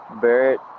Barrett